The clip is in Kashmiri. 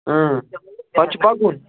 پَتہٕ چھُ پَکُن